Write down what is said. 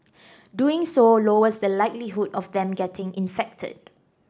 doing so lowers the likelihood of them getting infected